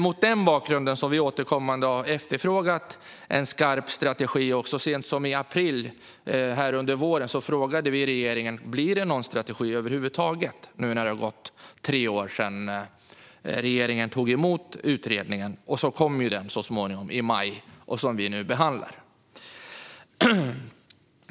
Mot den bakgrunden har vi återkommande efterfrågat en skarp strategi, och så sent som i april i år frågade vi regeringen om det över huvud taget skulle bli någon strategi. Det hade ju gått tre år sedan regeringen tog emot utredningen. I maj kom så den strategi som vi nu behandlar.